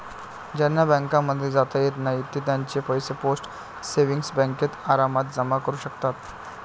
ज्यांना बँकांमध्ये जाता येत नाही ते त्यांचे पैसे पोस्ट सेविंग्स बँकेत आरामात जमा करू शकतात